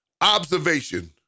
Observation